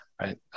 right